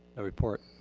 report.